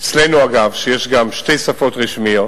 אצלנו, אגב, שיש גם שתי שפות רשמיות